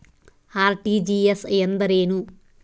RTGS ಎಂದರೇನು?